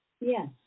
Yes